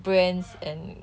brands and